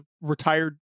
retired